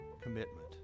commitment